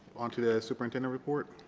on to the superintendent report.